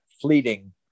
fleeting